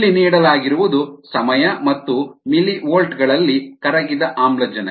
ಇಲ್ಲಿ ನೀಡಲಾಗಿರುವುದು ಸಮಯ ಮತ್ತು ಮಿಲಿವೋಲ್ಟ್ ಗಳಲ್ಲಿ ಕರಗಿದ ಆಮ್ಲಜನಕ